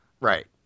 Right